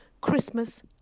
Christmas